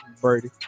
Brady